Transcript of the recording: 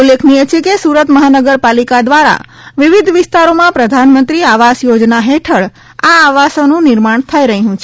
ઉલ્લેખનીય છે કે સુરત મહાનગરપાલિકા દ્વારા વિવિધ વિસ્તારોમાં પ્રધાનમંત્રી આવાસ યોજના હેઠળ આ આવાસોનું નિર્માણ થઈ રહ્યું છે